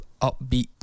upbeat